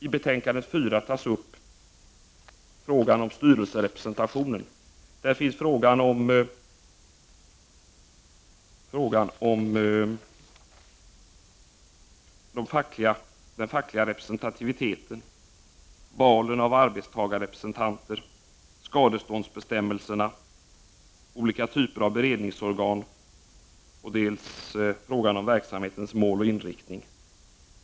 I betänkande 4 behandlas frågor om styrelserepresentation, facklig representativitet, val av arbetstagarrepresentanter, skadeståndsbestämmelser, olika typer av beredningsorgan samt verksamhetens mål och inriktning.